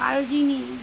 আরজিনি